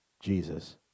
Jesus